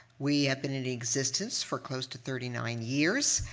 we have been in existence for close to thirty nine years.